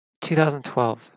2012